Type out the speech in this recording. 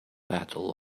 battle